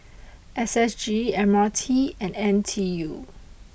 S S G M R T and N T U